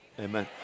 amen